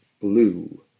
blue